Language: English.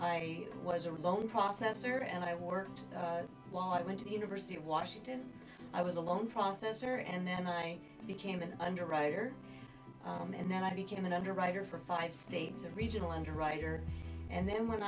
i was a loan processor and i worked while i went to the university of washington i was a loan processor and then i became an underwriter and then i became an underwriter for five states and regional underwriter and then when